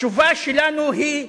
התשובה שלנו היא: